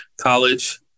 college